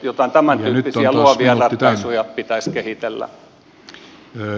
jotain tämän tyyppisiä luovia ratkaisuja pitäisi kehitellä